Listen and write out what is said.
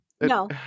no